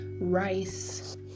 rice